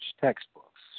textbooks